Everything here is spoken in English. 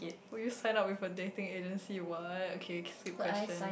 will you sign up with a dating agency what okay skip question